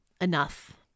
enough